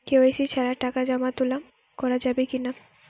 KYC ছাড়া টাকা জমা তোলা করা যাবে কি না?